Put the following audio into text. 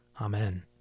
Amen